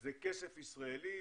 זה כסף ישראלי,